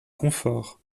confort